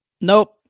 Nope